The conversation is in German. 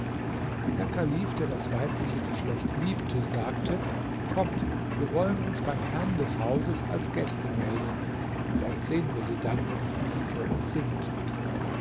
der kalif der das weibliche geschlecht liebte sagte kommt wir wollen uns beim herrn des hauses als gäste melden vielleicht sehen wir sie dann wie sie vor uns singt